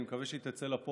אני מקווה שהיא תצא לפועל